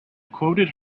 quoted